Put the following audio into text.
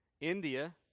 India